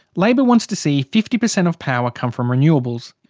labor wants to see fifty percent of power come from renewables.